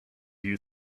you